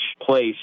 place